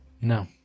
no